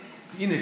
הינה,